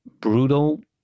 brutal